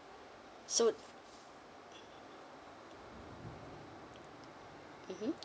so mmhmm